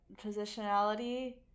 positionality